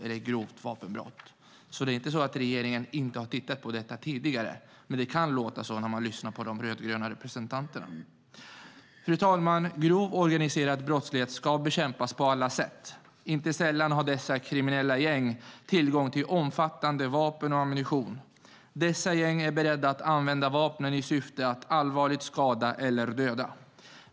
Det är alltså inte så att regeringen inte har tittat på detta tidigare; det kan låta så när man lyssnar på de rödgröna representanterna. Fru talman! Grov organiserad brottslighet ska bekämpas på alla sätt. Inte sällan har dessa kriminella gäng tillgång till en mängd vapen och ammunition. Dessa gäng är beredda att använda vapnen i syfte att allvarligt skada eller döda.